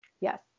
Yes